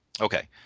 Okay